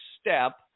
step